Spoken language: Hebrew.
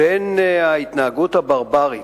בין ההתנהגות הברברית,